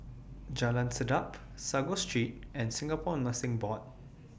Jalan Sedap Sago Street and Singapore Nursing Board